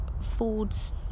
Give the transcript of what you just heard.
fords